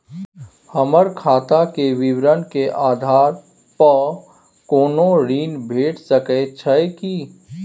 हमर खाता के विवरण के आधार प कोनो ऋण भेट सकै छै की?